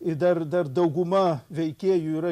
ir dar dar dauguma veikėjų yra